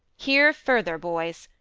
hear further, boys.